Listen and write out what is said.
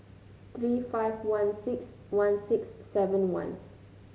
three five one six one six seven one